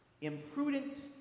imprudent